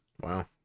wow